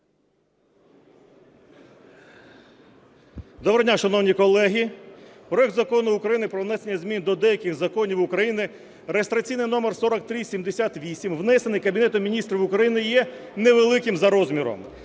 Доброго дня, шановні колеги! Проект Закону України про внесення змін до деяких законів України (реєстраційний номер 4378) (внесений Кабінетом Міністрів України) є невеликим за розміром.